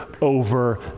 over